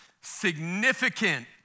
significant